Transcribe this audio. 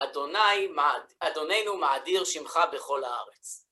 אדוני, אדוננו מה אדיר שמך בכל הארץ.